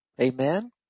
Amen